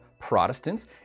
protestants